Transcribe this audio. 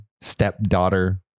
stepdaughter